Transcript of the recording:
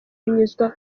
binyuzwa